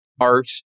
art